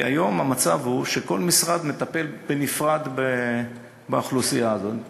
כי היום המצב הוא שכל משרד מטפל בנפרד באוכלוסייה הזאת.